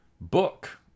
book